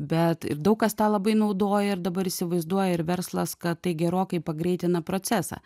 bet ir daug kas tą labai naudoja ir dabar įsivaizduoja ir verslas kad tai gerokai pagreitina procesą